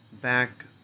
back